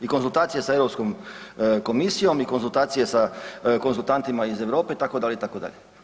I konzultacije sa Europskom komisijom i konzultacije sa konzultantima iz Europe itd., itd.